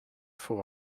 for